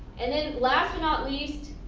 and and last but not least,